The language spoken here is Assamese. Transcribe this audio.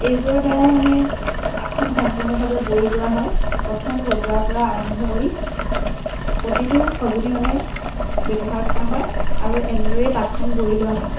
এইবোৰৰ দ্বাৰাই মানে তাঁতখন সম্পূৰ্ণভাৱে বৈ উলিওৱা হয় প্ৰথম লগোৱাৰ পৰা আৰম্ভ কৰি প্ৰতিটো সঁজুলি মানে ব্যৱহাৰ কৰা হয় আৰু এনেদৰেই তাঁতখন বৈ উলিওৱা হয়